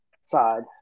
side